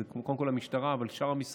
זה קודם כול המשטרה,